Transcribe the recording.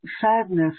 sadness